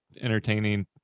entertaining